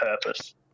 purpose